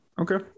Okay